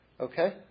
okay